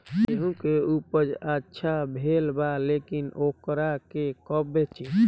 गेहूं के उपज अच्छा भेल बा लेकिन वोकरा के कब बेची?